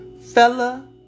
Fella